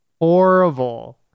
horrible